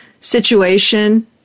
situation